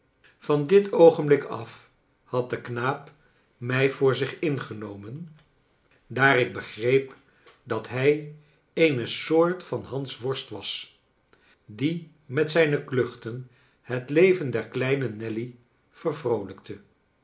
van dit oogenblik af had de knaap mij voor zich ingenomen daar ik begreep dat hij eene soort van hansworst was die met zijne kluchten het leven der kleine nelly vervroolijkte